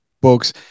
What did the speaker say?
books